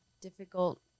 difficult